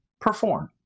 perform